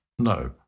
No